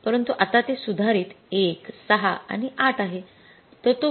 परंतु आता ते सुधारित १ ६ आणि ८ आहे